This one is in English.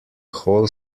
whole